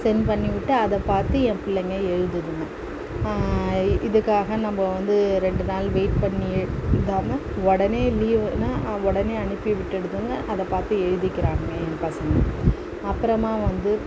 send பண்ணிவிட்டு அதை பார்த்து என் பிள்ளைங்கள் எழுதுதுங்க இதுக்காக நம்ம வந்து ரெண்டு நாள் வெயிட் பண்ணி எழுதாமல் உடனே லீவுனால் உடனே அனுப்பி விட்டுடுதுங்க அதை பார்த்து எழுதிக்கிறாங்க என் பசங்கள் அப்புறமா வந்து